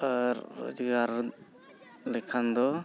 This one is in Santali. ᱟᱨ ᱨᱚᱡᱽᱜᱟᱨ ᱞᱮᱠᱷᱟᱱ ᱫᱚ